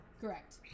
correct